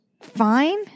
fine